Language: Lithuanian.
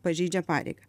pažeidžia pareigą